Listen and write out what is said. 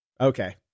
Okay